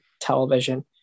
television